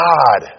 God